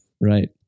Right